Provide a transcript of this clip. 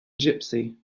gipsy